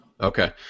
Okay